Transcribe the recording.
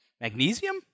magnesium